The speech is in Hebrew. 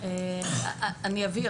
אני אבהיר.